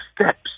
steps